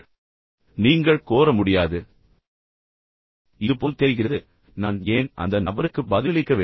இப்போது நீங்கள் கோர முடியாது இது போல் தெரிகிறது நான் ஏன் அந்த நபருக்கு பதிலளிக்க வேண்டும்